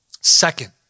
Second